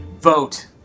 vote